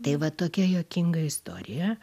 tai va tokia juokinga istorija